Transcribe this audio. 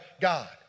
God